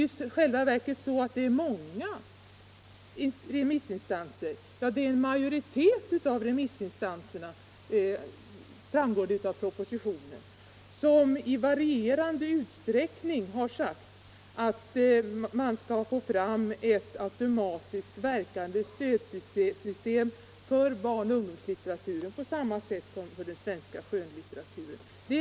I själva verket har många remissinstanser — ja, av propositionen framgår att det är en majoritet av dem — framhållit att man skall försöka få fram ett automatiskt verkande stödsystem för barnoch ungdomslitteraturen, på samma sätt som vi har för den svenska skönlitteraturen för vuxna.